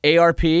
ARP